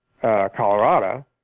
Colorado